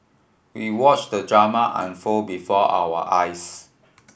we watched the drama unfold before our eyes